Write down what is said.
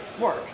work